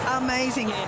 amazing